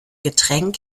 getränk